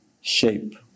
shape